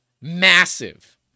massive